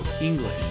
English